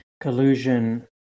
collusion